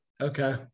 Okay